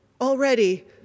already